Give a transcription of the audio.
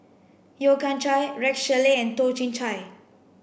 Yeo Kian Chai Rex Shelley and Toh Chin Chye